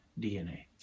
DNA